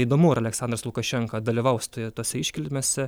įdomu ar aliaksandras lukašenka dalyvaus toje tose iškilmėse